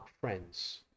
friends